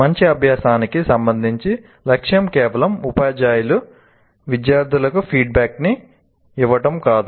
మంచి అభ్యాసానికి సంబంధించి లక్ష్యం కేవలం ఉపాధ్యాయులు విద్యార్థులకు ఫీడ్ బ్యాక్ న్ని ఇవ్వడం కాదు